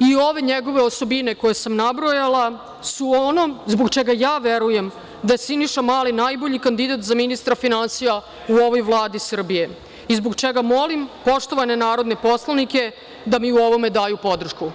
i ove njegove osobine koje sam nabrojala su ono zbog čega ja verujem da je Siniša Mali najbolji kandidat za ministra finansija u ovoj Vladi Srbije i zbog čega molim poštovane narodne poslanike da mi u ovome daju podršku.